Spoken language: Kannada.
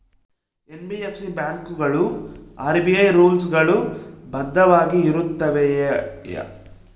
ಎನ್.ಬಿ.ಎಫ್.ಸಿ ಬ್ಯಾಂಕುಗಳು ಆರ್.ಬಿ.ಐ ರೂಲ್ಸ್ ಗಳು ಬದ್ಧವಾಗಿ ಇರುತ್ತವೆಯ?